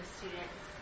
students